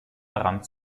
daran